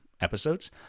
episodes